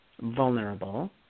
vulnerable